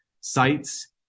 sites